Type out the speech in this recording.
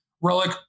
Relic